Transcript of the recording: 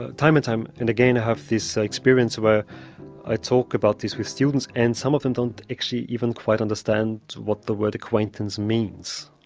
ah time and time and again i have this experience where i talk about this with students and some of them don't actually even quite understand what the word acquaintance means.